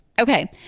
Okay